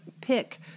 pick